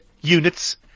units